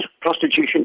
prostitution